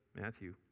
Matthew